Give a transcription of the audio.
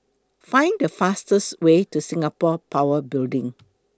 Find The fastest Way to Singapore Power Building